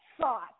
thought